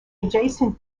adjacent